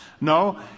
No